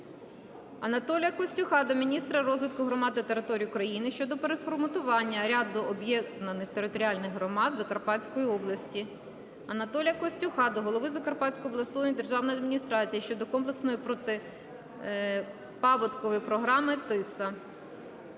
Анатолія Костюха до міністра розвитку громад та територій України щодо переформатування ряду об'єднаних територіальних громад Закарпатської області. Анатолія Костюха до голови Закарпатської обласної державної адміністрації щодо комплексної протипаводкової програми "Тиса".